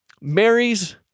marries